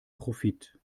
profit